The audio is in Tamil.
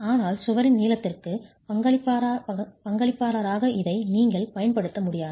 ஆனால் சுவரின் நீளத்திற்கு பங்களிப்பாளராக இதை நீங்கள் பயன்படுத்த முடியாது